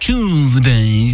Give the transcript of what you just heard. Tuesday